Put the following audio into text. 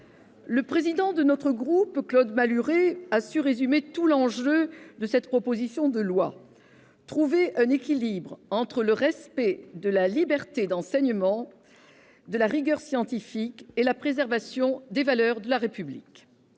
le président de notre groupe, Claude Malhuret, a su résumer tout l'enjeu de cette proposition de loi : trouver un équilibre entre respect de la liberté d'enseignement, rigueur scientifique et préservation des valeurs de la République.